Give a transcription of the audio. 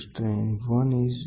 01 divided by 1 minus 0